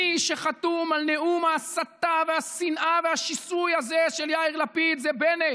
מי שחתום על נאום ההסתה והשנאה והשיסוי הזה של יאיר לפיד הוא בנט.